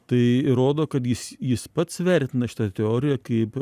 tai rodo kad jis jis pats vertina šitą teoriją kaip